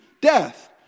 Death